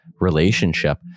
relationship